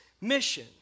mission